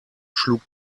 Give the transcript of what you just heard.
schlug